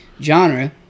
genre